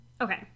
Okay